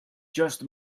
just